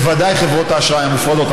בוודאי חברות האשראי המופרדות,